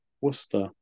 Worcester